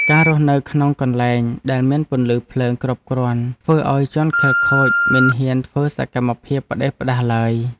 ការរស់នៅក្នុងកន្លែងដែលមានពន្លឺភ្លើងគ្រប់គ្រាន់ធ្វើឱ្យជនខិលខូចមិនហ៊ានធ្វើសកម្មភាពផ្តេសផ្តាសឡើយ។